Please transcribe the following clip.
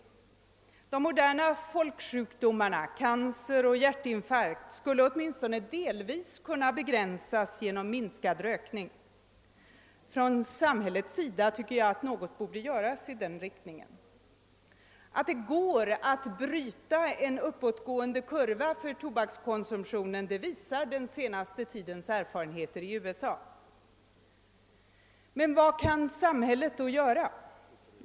De moderna folksjukdomarna cancer och hjärtinfarkt skulle åtminstone delvis kunna begränsas genom minskad rökning. Från samhällets sida borde enligt min mening något göras i den riktningen. Att det går att bryta en uppåtgående kurva för tobakskonsumtionen visar den senaste tidens erfarenheter från USA. Men vad kan samhället göra?